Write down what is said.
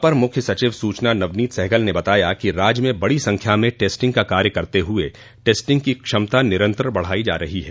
अपर मुख्य सचिव सूचना नवनीत सहगल ने बताया कि राज्य में बड़ी संख्या में टेस्टिंग का कार्य करते हुए टेस्टिंग की क्षमता निरन्तर बढ़ायी जा रही है